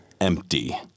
empty